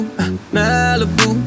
Malibu